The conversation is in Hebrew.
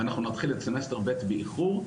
ואנחנו נתחיל את סמסטר ב' באיחור,